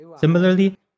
Similarly